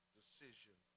decision